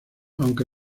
aunque